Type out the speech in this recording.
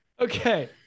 Okay